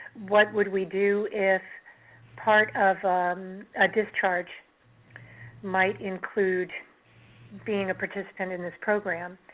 what would we do if part of a discharge might include being a participant in this program.